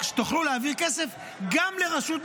כדי שתוכלו להעביר כסף גם לרשות מקומית.